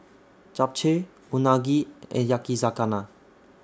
Japchae Unagi and Yakizakana